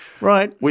Right